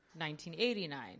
1989